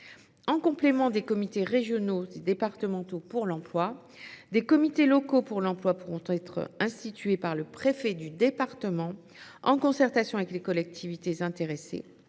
En complément des comités régionaux et départementaux pour l’emploi, des comités locaux pour l’emploi pourront être institués par le préfet de département, en concertation avec les collectivités intéressées.